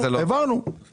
הוא נותן דוגמה למשפחות.